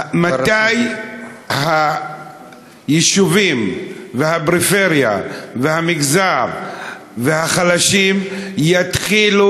מתי היישובים והפריפריה והמגזר והחלשים יתחילו